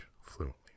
fluently